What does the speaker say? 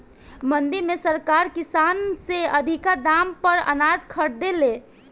मंडी में सरकार किसान से अधिका दाम पर अनाज खरीदे ले